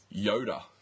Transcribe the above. Yoda